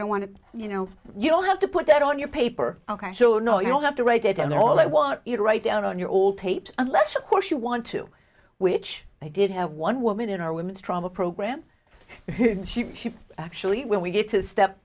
don't want to you know you don't have to put that on your paper ok so no you don't have to write it down all i want you to write down on your old tapes unless of course you want to which i did have one woman in our women's trauma program and she actually when we get to step